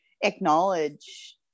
acknowledge